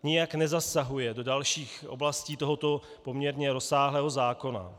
Nijak nezasahuje do dalších oblastí tohoto poměrně rozsáhlého zákona.